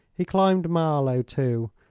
he climbed malo, too,